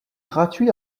gratuit